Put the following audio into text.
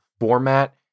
format